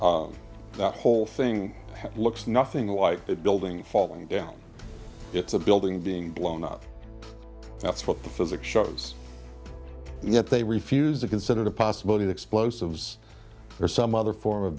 that whole thing looks nothing like that building falling down it's a building being blown up that's what the physics shows and yet they refuse to consider the possibility the explosives or some other form of